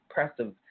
impressive